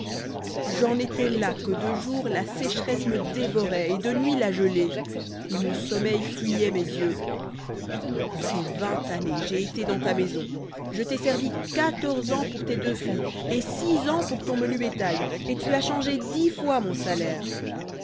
j'en étais là que de jour la sécheresse me dévorait et de nuit la gelée et mon sommeil fuyait mes yeux ces vingt années j'ai été dans ta maison je t'ai servi quatorze ans pour tes deux filles et six ans pour ton menu bétail et tu as changé dix fois mon salaire